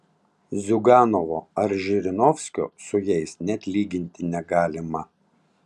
ziuganovo ar žirinovskio su jais net lyginti negalima